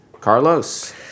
Carlos